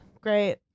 Great